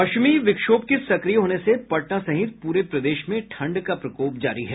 पश्चिमी विक्षोभ के सक्रिय होने से पटना सहित पूरे प्रदेश में ठंड का प्रकोप जारी है